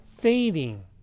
fading